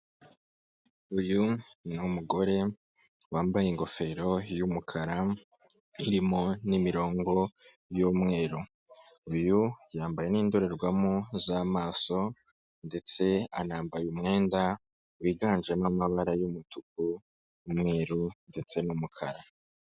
Uyu ni umugore wambaye ingofero y'umukara, irimo n'imirongo y'umweru, uyu yambaye n'indorerwamo z'amaso ndetse anambaye umwenda wiganjemo amabara y'umutuku n'umweru ndetse n'umukara.